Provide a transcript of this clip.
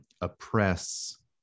oppress